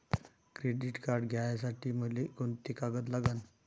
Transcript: Credit card घ्यासाठी मले कोंते कागद लागन?